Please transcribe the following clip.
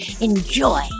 Enjoy